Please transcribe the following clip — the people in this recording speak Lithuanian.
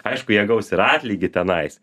aišku jie gaus ir atlygį tenais